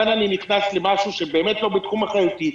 כאן אני נכנס למשהו שהוא באמת לא בתחום אחריותי,